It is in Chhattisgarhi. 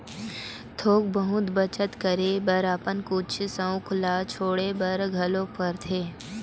थोक बहुत बचत करे बर अपन कुछ सउख ल छोड़े बर घलोक परथे